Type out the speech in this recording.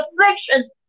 afflictions